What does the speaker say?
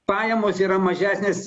pajamos yra mažesnės